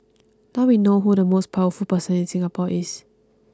now we know who the most powerful person in Singapore is